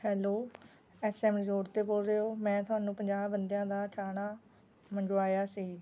hello S M resort ਤੋਂ ਬੋਲ ਰਹੇ ਹੋ ਮੈਂ ਤੁਹਾਨੂੰ ਪੰਜਾਹ ਬੰਦਿਆਂ ਦਾ ਖਾਣਾ ਮੰਗਵਾਇਆ ਸੀ